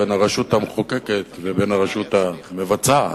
בין הרשות המחוקקת לרשות המבצעת,